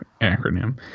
acronym